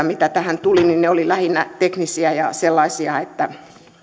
mitä tähän tuli olivat lähinnä teknisiä ja sellaisia